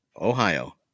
Ohio